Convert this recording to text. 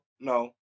no